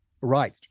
Right